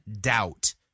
doubt